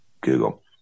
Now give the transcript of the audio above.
Google